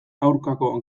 aurkako